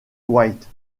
white